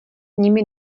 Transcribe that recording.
nimi